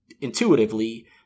intuitively